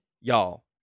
Y'all